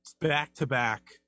back-to-back